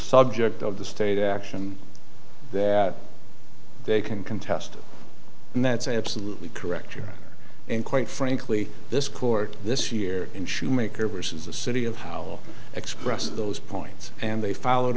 subject of the state action that they can contest and that's absolutely correct here and quite frankly this court this year in shoemaker versus the city of howell expressed those points and they followed